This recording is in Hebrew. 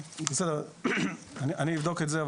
בסדר, אני אבדוק את זה.